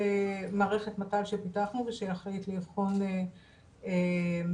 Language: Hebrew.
במערכת מת"ל שפיתחנו ושאחראית לאבחון לקויות